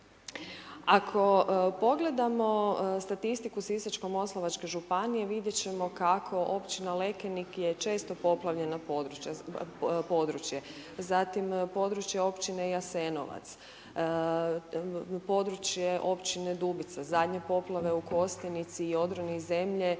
Ako pogledamo statistiku Sisačko-moslavačke županije vidjet ćemo kako općina Lekenik je često poplavljeno područje, zatim područje općine Jasenovac, područje općine Dubica, zadnje poplave u Kostajnici i odroni zemlje